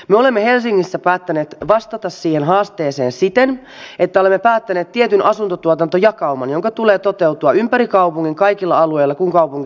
me olemme helsingissä päättäneet vastata siihen haasteeseen siten että olemme päättäneet tietyn asuntotuotantojakauman jonka tulee toteutua ympäri kaupungin kaikilla alueilla kun kaupunki rakentaa uutta